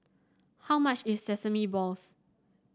how much is Sesame Balls